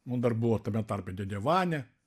nu dar buvo tame tarpe dėdė vania